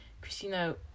Christina